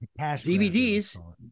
DVDs